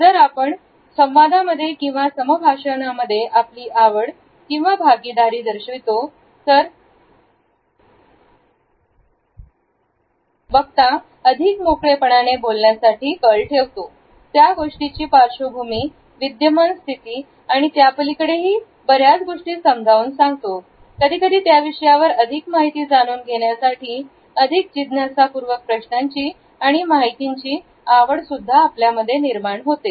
जर आपण संवादामध्ये किंवा सम भाषणांमध्ये आपली आवड आणि भागीदारी दर्शविली तर बघता अधिक मोकळेपणाने बोलण्यासाठी कल ठेवतो तो गोष्टीची पार्श्वभूमी विद्यमान स्थिती आणि त्यापलीकडेही र्याच गोष्टी समजावून सांगतो कधीकधी त्या विषयावर अधिक माहिती जाणून घेण्यासाठी अधिक जिज्ञासा पूर्वक प्रश्नांची आणि माहितीचे आवडत सुद्धा आपल्यामध्ये निर्माण होते